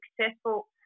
successful